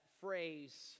phrase